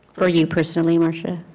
for you personally, marcia?